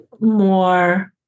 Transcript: more